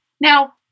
Now